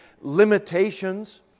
limitations